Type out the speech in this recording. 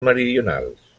meridionals